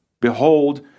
behold